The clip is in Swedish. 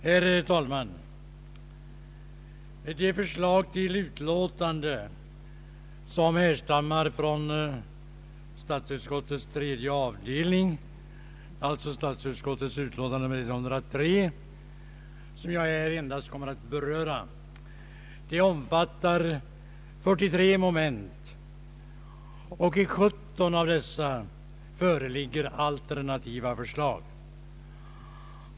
Herr talman! Det förslag till utlåtande som härstammar från statsutskottets tredje avdelning, alltså statsutskottets utlåtande nr 103, vilket är det enda jag här kommer att beröra, omfattar 43 moment, och i 17 av dessa föreligger alternativa förslag.